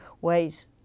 ways